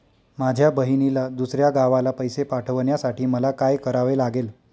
माझ्या बहिणीला दुसऱ्या गावाला पैसे पाठवण्यासाठी मला काय करावे लागेल?